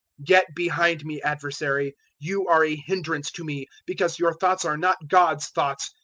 get behind me, adversary you are a hindrance to me, because your thoughts are not god's thoughts,